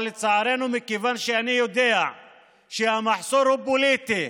אבל לצערנו, מכיוון שאני יודע שהמחסור הוא פוליטי